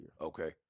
Okay